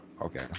Okay